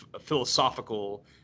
philosophical